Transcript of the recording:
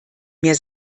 mehr